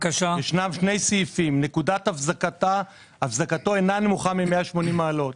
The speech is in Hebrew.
נקודת הבזקתו אינה נמוכה מ-180 מעלות.